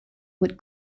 with